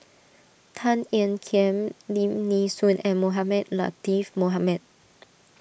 Tan Ean Kiam Lim Nee Soon and Mohamed Latiff Mohamed